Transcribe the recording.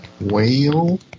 whale